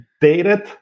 dated